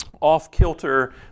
off-kilter